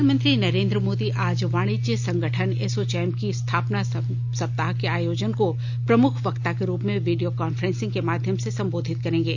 प्रधानमंत्री नरेंद्र मोदी आज वाणिज्य संगठन एसोचैम की स्थापना सप्ताह के आयोजन को प्रमुख वक्ता के रूप में वीडियो कॉन्फ्रेंसिंग माध्यम से संबोधित करेंगे